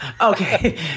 Okay